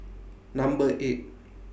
Number eight